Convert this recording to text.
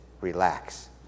relax